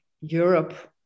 Europe